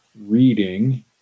reading